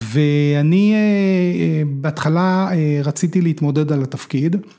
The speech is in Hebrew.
ואני בהתחלה רציתי להתמודד על התפקיד.